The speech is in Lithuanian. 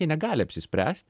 jie negali apsispręs